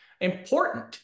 Important